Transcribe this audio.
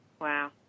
Wow